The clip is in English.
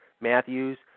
Matthews